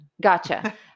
Gotcha